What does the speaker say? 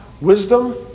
wisdom